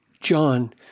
John